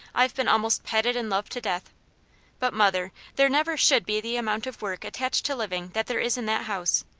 i've been almost petted and loved to death but mother, there never should be the amount of work attached to living that there is in that house.